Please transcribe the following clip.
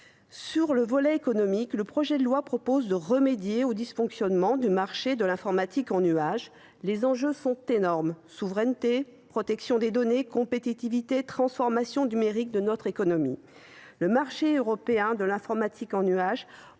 Sur le volet économique, le projet de loi a pour objet de remédier aux dysfonctionnements du marché de l’informatique en nuage. Les enjeux sont énormes : souveraineté, protection des données, compétitivité, transformation numérique de notre économie. Le marché européen de l’informatique en nuage